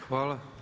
Hvala.